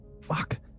Fuck